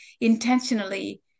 intentionally